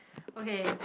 okay